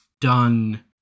done